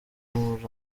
muri